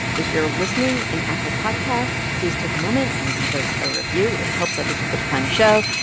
if you're listening in apple podcasts, please take a moment and leave us a review. it helps other people to find the show.